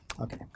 Okay